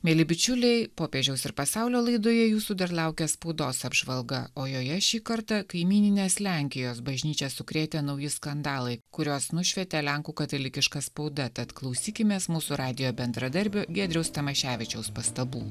mieli bičiuliai popiežiaus ir pasaulio laidoje jūsų dar laukia spaudos apžvalga o joje šį kartą kaimyninės lenkijos bažnyčią sukrėtę nauji skandalai kuriuos nušvietė lenkų katalikiška spauda tad klausykimės mūsų radijo bendradarbio giedriaus tamaševičiaus pastabų